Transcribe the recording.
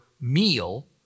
meal